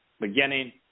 beginning